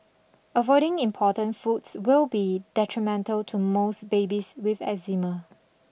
avoiding important foods will be detrimental to most babies with eczema